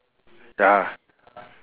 ya